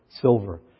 silver